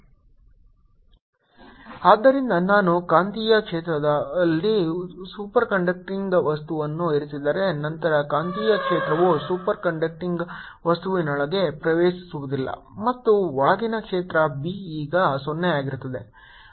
Binside0B0HM 0HMH As MχMH 01MH0 χM 1 ಆದ್ದರಿಂದ ನಾನು ಕಾಂತೀಯ ಕ್ಷೇತ್ರದಲ್ಲಿ ಸೂಪರ್ ಕಂಡಕ್ಟಿಂಗ್ ವಸ್ತುವನ್ನು ಇರಿಸಿದರೆ ನಂತರ ಕಾಂತೀಯ ಕ್ಷೇತ್ರವು ಸೂಪರ್ ಕಂಡಕ್ಟಿಂಗ್ ವಸ್ತುವಿನೊಳಗೆ ಪ್ರವೇಶಿಸುವುದಿಲ್ಲ ಮತ್ತು ಒಳಗಿನ ಕ್ಷೇತ್ರ B ಈಗ 0 ಆಗಿರುತ್ತದೆ